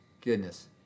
Goodness